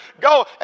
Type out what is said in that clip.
go